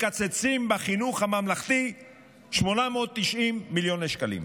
מקצצים בחינוך הממלכתי 890 מיליוני שקלים.